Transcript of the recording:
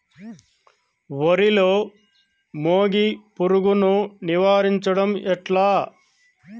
వరిలో మోగి పురుగును నివారించడం ఎట్లా?